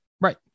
Right